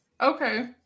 okay